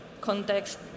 context